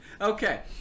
Okay